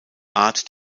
art